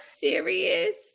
serious